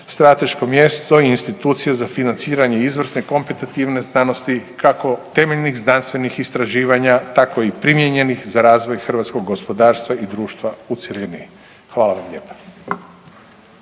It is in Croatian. strateško mjesto i institucija za financiranje izvrsne kompetativne znanosti kako temeljnih znanstvenih istraživanja tako i primijenjenih za razvoj hrvatskog gospodarstva i društva u cjelini. Hvala vam lijepa.